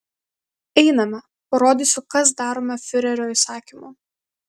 einame parodysiu kas daroma fiurerio įsakymu